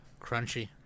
Crunchy